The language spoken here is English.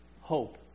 hope